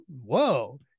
Whoa